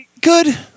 Good